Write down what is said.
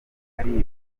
ari